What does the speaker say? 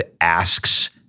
asks